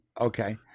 Okay